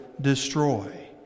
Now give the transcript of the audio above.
destroy